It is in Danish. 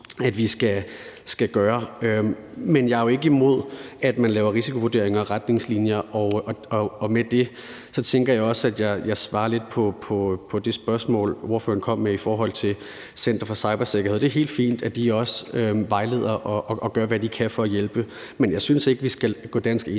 at vi skal gøre. Men jeg er jo ikke imod, at man laver risikovurderinger og retningslinjer, og med det tænker jeg også, at jeg har svaret lidt på det spørgsmål, ordføreren stillede i forhold til Center for Cybersikkerhed. Det er helt fint, at de også vejleder og gør, hvad de kan for at hjælpe. Men jeg synes ikke, at vi skal gå enegang